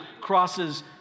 crosses